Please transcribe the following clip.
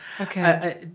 Okay